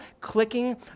clicking